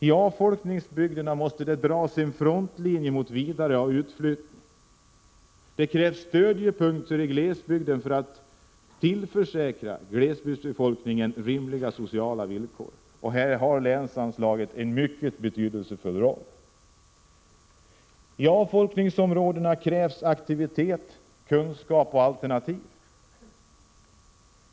I avfolkningsbygderna måste en frontlinje mot vidare utflyttning skapas. Det krävs stödpunkter i glesbygden för att tillförsäkra glesbygdsbefolkningen rimliga sociala villkor. Här spelar länsanslaget en mycket betydelsefull roll. I avfolkningsområdena krävs aktivitet, kunskap och alternativ.